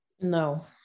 no